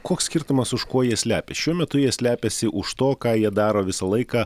koks skirtumas už ko jie slepiasi šiuo metu jie slepiasi už to ką jie daro visą laiką